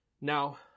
Now